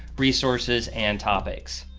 resources and topics.